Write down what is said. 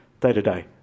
day-to-day